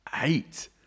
Eight